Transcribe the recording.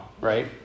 right